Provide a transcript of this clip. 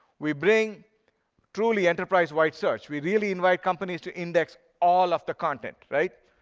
we bring truly enterprise wide search. we really invite companies to index all of the content, right?